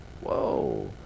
whoa